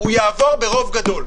הוא יעבור ברוב גדול.